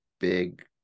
big